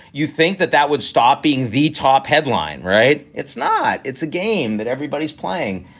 you think that that would stop being the top headline? right. it's not. it's a game that everybody's playing.